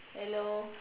hello